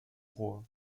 rohr